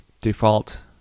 default